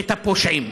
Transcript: את הפושעים.